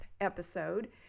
episode